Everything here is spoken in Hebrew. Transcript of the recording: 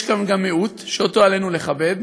יש כאן גם מיעוט שאותו עלינו לכבד.